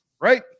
right